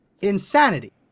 insanity